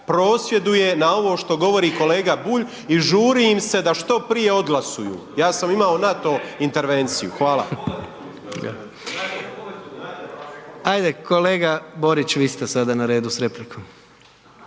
prosvjeduje na ovo što govori kolega Bulja i žuri im se da što prije odglasuju. Ja sam imamo na to intervenciju. Hvala. **Jandroković, Gordan (HDZ)** Ajde kolega Borić, vi ste sada na redu s replikom.